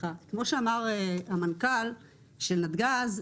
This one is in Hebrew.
כמו שאמר המנכ"ל של נתג"ז,